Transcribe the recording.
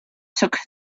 took